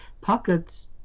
pockets